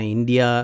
India